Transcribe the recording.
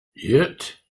yet